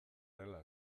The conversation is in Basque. dela